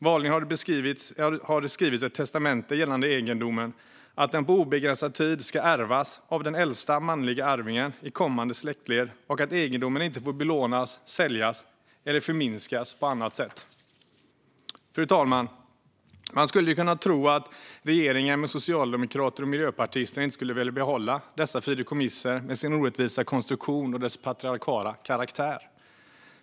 Vanligen står det i ett testamente gällande egendomen att den för obegränsad tid ska ärvas av den äldste manliga arvingen i kommande släktled och att egendomen inte får belånas eller säljas eller förminskas på annat sätt. Fru talman! Man skulle kunna tro att regeringen, med socialdemokrater och miljöpartister, inte skulle vilja behålla dessa fideikommiss med deras orättvisa konstruktion och deras patriarkala karaktär.